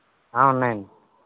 ఉన్నాయండి